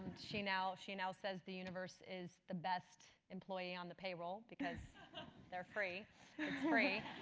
she now she now says, the universe is the best employee on the payroll. because they're free, it's free.